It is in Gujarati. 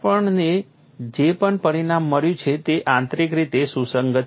આપણને જે પણ પરિણામ મળ્યું છે તે આંતરિક રીતે સુસંગત છે